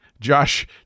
Josh